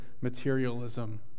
materialism